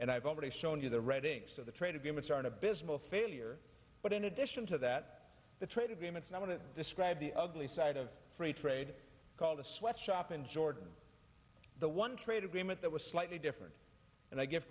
and i've already shown you the readings of the trade agreements are an abysmal failure but in addition to that the trade agreements and i want to describe the ugly side of free trade called the sweat shop in jordan the one trade agreement that was slightly different and i give